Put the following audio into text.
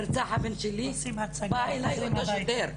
נרצח הבן שלי בא אליי אותו שוטר.